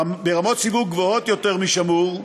ברמות סיווג גבוהות יותר מ"שמור",